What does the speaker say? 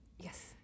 Yes